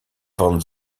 van